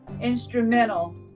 instrumental